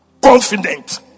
confident